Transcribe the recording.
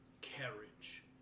carriage